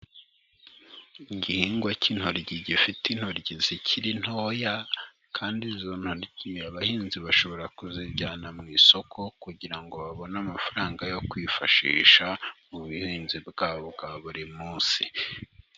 Igihingwa cy'intoryi gifite intoryi zikiri ntoya kandi izo ntoryi abahinzi bashobora kuzijyana mu isoko kugira ngo babone amafaranga yo kwifashisha mu buhinzi bwabo bwa buri munsi.